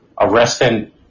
arresting